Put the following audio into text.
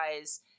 guys